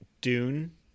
Dune